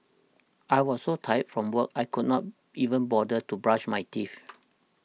I was so tired from work I could not even bother to brush my teeth